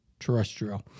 Terrestrial